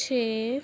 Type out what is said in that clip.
ਛੇ